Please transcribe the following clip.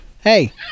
Hey